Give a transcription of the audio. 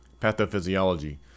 Pathophysiology